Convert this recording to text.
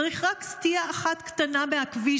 צריך רק סטייה אחת קטנה מהכביש,